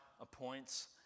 appoints